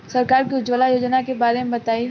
सरकार के उज्जवला योजना के बारे में बताईं?